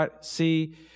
see